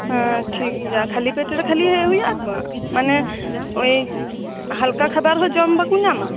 ᱦᱮᱸ ᱴᱷᱤᱠ ᱜᱮᱭᱟ ᱠᱷᱟᱞᱤ ᱯᱮᱴᱮᱨᱮ ᱠᱷᱟᱞᱤ ᱦᱮᱡ ᱦᱩᱭᱩᱜᱼᱟ ᱛᱚ ᱢᱟᱱᱮ ᱳᱭ ᱦᱟᱞᱠᱟ ᱠᱷᱟᱵᱟᱨ ᱦᱚᱸ ᱡᱚᱢ ᱵᱟᱠᱚ ᱧᱟᱢ